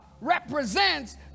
represents